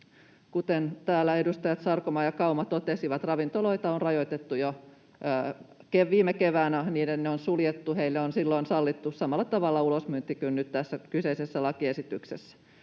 Kuten täällä edustajat Sarkomaa ja Kauma totesivat, ravintoloita on rajoitettu jo viime keväänä, ne on suljettu, heille on silloin sallittu samalla tavalla ulosmyynti kuin nyt tässä kyseisessä lakiesityksessä.